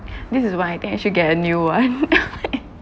this is why I think I should get a new one